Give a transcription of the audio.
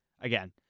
again